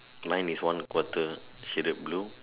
mine is one quarter shaded blue